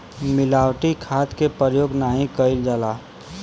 मिलावटी खाद के परयोग नाही कईल जाला